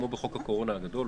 כמו בחוק הקורונה הגדול,